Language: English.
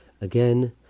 Again